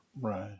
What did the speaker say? Right